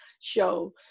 show